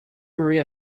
maria